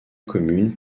commune